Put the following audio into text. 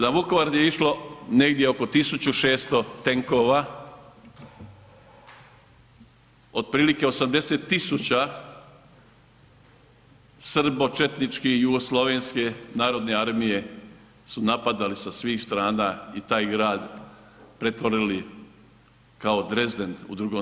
Na Vukovar je išlo negdje oko 1600 tenkova otprilike 80.000 srbočetničke jugoslavenske narodne armije su napadali sa svih strana i taj grad pretvorili kao Drezden u II.